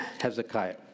Hezekiah